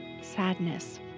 sadness